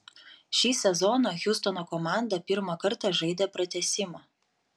šį sezoną hjustono komanda pirmą kartą žaidė pratęsimą